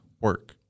work